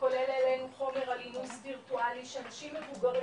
כולל העלינו חומר על אינוס וירטואלי של אנשים מבוגרים,